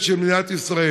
אל תצעק עלי.